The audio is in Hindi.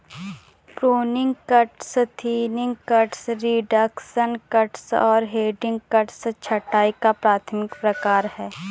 pruning cuts, thinning cuts, reduction cuts और हेडिंग कट्स छंटाई का प्राथमिक प्रकार हैं